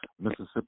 Mississippi